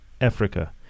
Africa